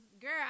girl